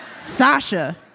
Sasha